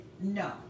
no